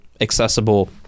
accessible